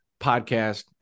podcast